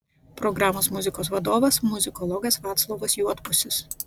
programos muzikos vadovas muzikologas vaclovas juodpusis